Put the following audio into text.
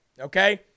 okay